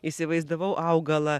įsivaizdavau augalą